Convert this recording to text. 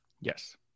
Yes